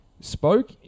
Spoke